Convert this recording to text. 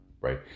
right